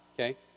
okay